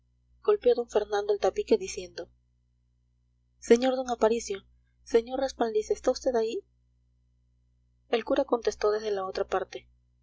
don fernando el tabique diciendo sr d aparicio sr respaldiza está usted ahí el cura contestó desde la otra parte